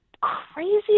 crazy